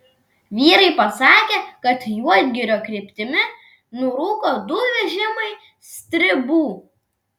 vyrai pasakė kad juodgirio kryptimi nurūko du vežimai stribų